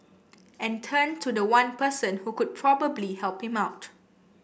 and turned to the one person who could probably help him out